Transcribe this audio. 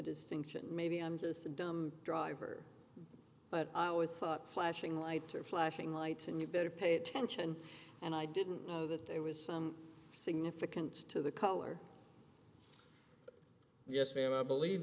distinction maybe i'm just a dumb driver but i always thought flashing lights are flashing lights and you better pay attention and i didn't know that there was some significance to the color yes ma'am i believe